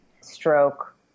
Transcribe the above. stroke